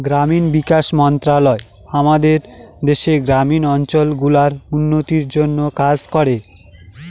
গ্রামীণ বিকাশ মন্ত্রণালয় আমাদের দেশের গ্রামীণ অঞ্চল গুলার উন্নতির জন্যে কাজ করে